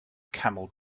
camel